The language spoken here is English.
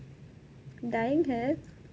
dyeing hair